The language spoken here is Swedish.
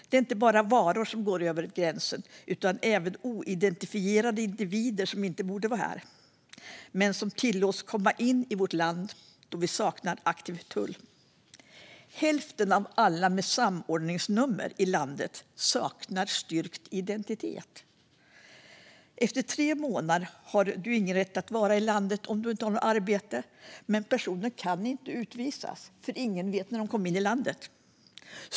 Det är inte bara varor som går över gränsen utan även oidentifierade individer som inte borde vara här men som tillåts komma in i vårt land då vi saknar en aktiv tull. Hälften av alla med samordningsnummer i landet saknar styrkt identitet. Efter tre månader har man ingen rätt att vara i landet om man inte har arbete. Men personen kan inte utvisas för ingen vet när han eller hon kom in i landet.